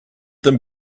them